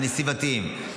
הנסיבתיים,